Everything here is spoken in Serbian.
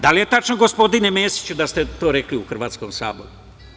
Da li je tačno gospodine Mesiću da ste to rekli u hrvatskom Saboru?